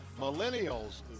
millennials